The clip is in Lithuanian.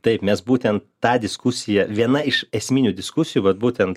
taip mes būtent tą diskusiją viena iš esminių diskusijų vat būtent